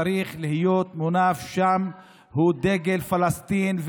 שצריך להיות מונף שם הוא דגל פלסטין,